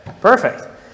Perfect